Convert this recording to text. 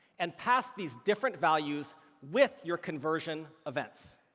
and pass these different values with your conversion events.